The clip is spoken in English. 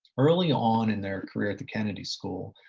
early on in their career at the kennedy school,